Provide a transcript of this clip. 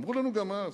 אמרו לנו גם אז,